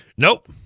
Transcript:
Nope